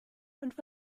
and